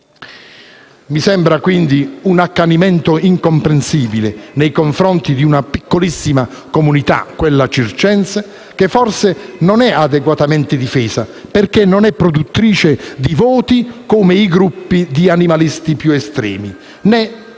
Mi sembra allora un accanimento incomprensibile nei confronti di una piccolissima comunità, quella circense, che forse non è adeguatamente difesa, perché non è produttrice di voti come i gruppi animalisti più estremisti, né questa